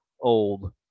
old